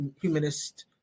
humanist